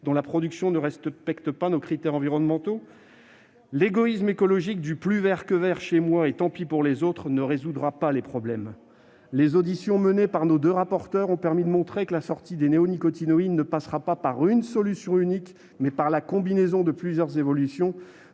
dont la production ne respecte pas nos critères environnementaux ? L'égoïsme écologique du « plus vert que vert chez moi et tant pis pour les autres » ne résoudra pas les problèmes. Les auditions menées par nos deux rapporteurs l'ont clairement montré : la sortie des néonicotinoïdes passera non pas par une solution unique, mais par la combinaison de plusieurs évolutions.